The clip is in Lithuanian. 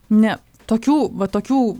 ne tokių va tokių